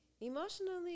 emotionally